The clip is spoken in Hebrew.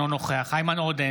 אינו נוכח איימן עודה,